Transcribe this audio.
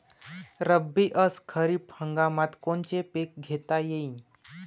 रब्बी अस खरीप हंगामात कोनचे पिकं घेता येईन?